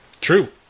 True